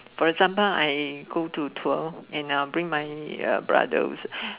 for example I go to tour and bring my brother